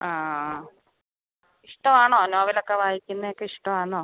ആ ഇഷ്ടമാണോ നോവലൊക്കെ വായിക്കുന്നയൊക്കെ ഇഷ്ടമാണോ